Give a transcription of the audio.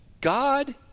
God